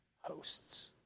hosts